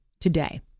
today